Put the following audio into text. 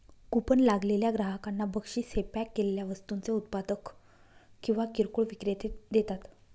coupon लागलेल्या ग्राहकांना बक्षीस हे पॅक केलेल्या वस्तूंचे उत्पादक किंवा किरकोळ विक्रेते देतात